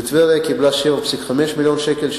וטבריה קיבלה 7.5 מיליוני שקלים,